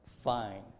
fine